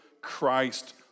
Christ